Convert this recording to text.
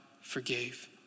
forgave